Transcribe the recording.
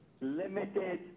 limited